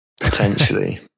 potentially